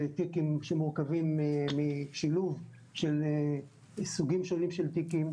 זה תיקים שמורכבים משילוב של סוגים שונים של תיקים.